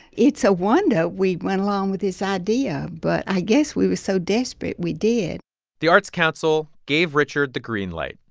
it's a wonder we went along with this idea. but i guess we were so desperate we did the arts council gave richard the green light,